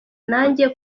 nanjye